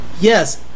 Yes